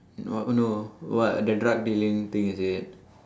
no oh no what the drug dealing thing is it